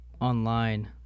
online